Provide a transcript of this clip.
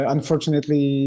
Unfortunately